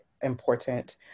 important